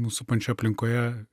mus supančioje aplinkoje